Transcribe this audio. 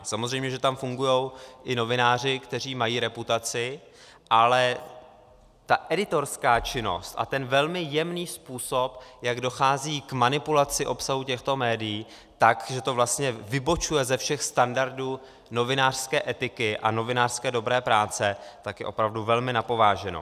Samozřejmě že tam fungují i novináři, kteří mají reputaci, ale ta editorská činnost a ten velmi jemný způsob, jak dochází k manipulaci obsahu těchto médií tak, že to vlastně vybočuje ze všech standardů novinářské etiky a dobré novinářské práce, je opravdu velmi na pováženou.